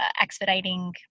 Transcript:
expediting